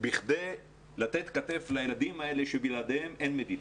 בכדי לתת כתף לילדים האלה, שבלעדיהם אין מדינה.